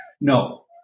No